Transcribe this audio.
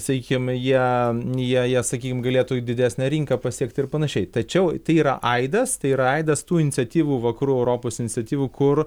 sakykim jie jie jie sakykim galėtų į didesnę rinką pasiekt ir panašiai tačiau tai yra aidas tai yra aidas tų iniciatyvų vakarų europos iniciatyvų kur